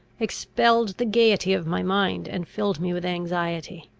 expelled the gaiety of my mind, and filled me with anxiety.